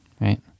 right